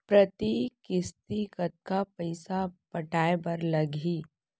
प्रति किस्ती कतका पइसा पटाये बर लागही?